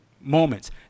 moments